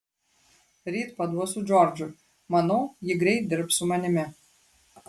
ryt paduosiu džordžui manau ji greit dirbs su manimi